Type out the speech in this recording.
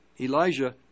Elijah